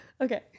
Okay